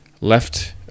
left